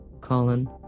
Colin